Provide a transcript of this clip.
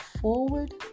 forward